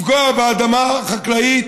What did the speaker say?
לפגוע באדמה חקלאית,